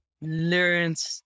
learned